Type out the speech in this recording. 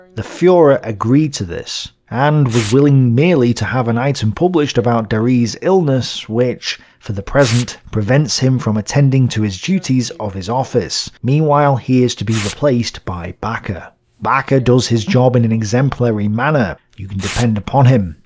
the fuhrer agreed to this and was willing merely to have an item published about darre's illness which, for the present, prevents him from attending to his duties of his office meanwhile he is to be replaced by backe. ah backe ah does his job in an exemplary manner. you can depend upon him.